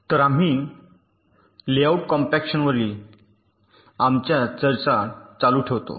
तर आम्ही लेआउट कॉम्पॅक्शनवरील आमच्या चर्चा चालू ठेवतो